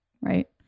right